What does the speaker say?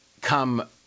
come